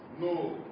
No